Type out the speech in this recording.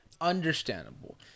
Understandable